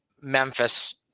Memphis